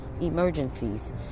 emergencies